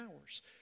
hours